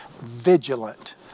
Vigilant